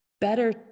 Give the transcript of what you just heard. better